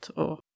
och